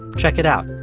check it out.